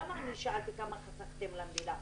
למה אני שאלתי כמה חסכתם למדינה?